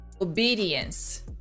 obedience